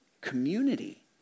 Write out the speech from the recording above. community